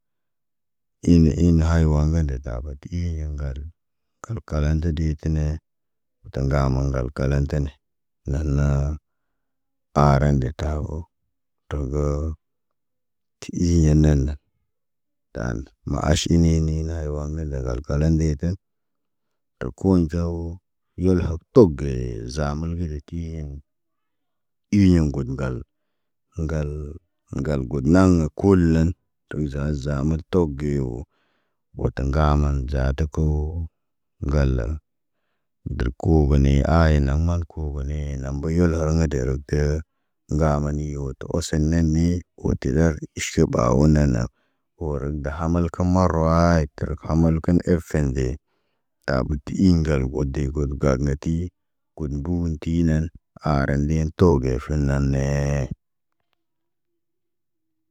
In in haywan ŋgə detabi ti iɲe ŋgal. Ŋgal kalande detine. Ta ŋgama ŋgal kalatine. Lanaa, aaren de tabo togə. Ti iɟiyen nan na taan ma aʃinen ne ne na waŋg ŋgal dagal kala ɓe tən. To kun ca wo, ihol hok tok zaham məlbe de tigeen. Iɲõ got ŋgal ŋga, ŋgal got naŋg kul nan tuza azam mal tok ge wo. Wota ŋga man zaata ko ŋgalaŋ. Dərəb kogone ayenaŋ mall an koogone ena ɓoyo law na derekter. Ŋga mani wo tə oso ne me, wo tila iʃu bawo nanan. Ohoran gaha mal kə marawaayit, tərə kə hamalkin er fende. Tabo ti i ŋgal got de got gaag nati, got mbuu ti neen. Aaren ndeen toobe fərən nen nee.